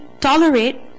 tolerate